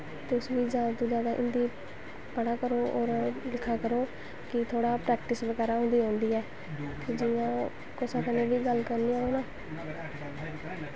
तुस बी जादा तों जादा हिन्दी पढ़ा करो होर लिखा करो कि थोह्ड़ा प्रैक्टिस बगैरा होंदी रैंह्दी ऐ जियां कुसै कन्नै बी गल्ल करनी होऐ ना